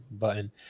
button